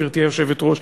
גברתי היושבת-ראש.